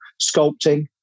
sculpting